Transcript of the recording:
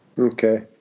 okay